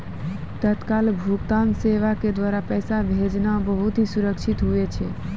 तत्काल भुगतान सेवा के द्वारा पैसा भेजना बहुत ही सुरक्षित हुवै छै